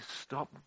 stop